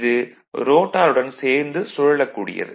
இது ரோட்டார் உடன் சேர்ந்து சுழலக் கூடியது